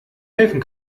helfen